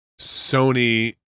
Sony